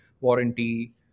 warranty